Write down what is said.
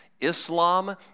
Islam